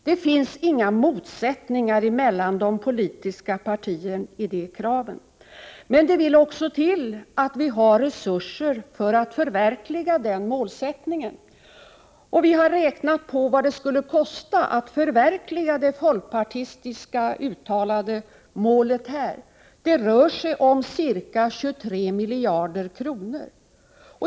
Det finns inga motsättningar mellan de politiska partierna i fråga om den målsättningen. Men det vill till att vi har resurser för att förverkliga den. Vi har räknat på vad det skulle kosta att förverkliga det av folkpartiet uttalade målet. Det rör sig om ca 23 miljarder kronor.